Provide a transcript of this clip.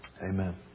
Amen